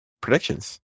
predictions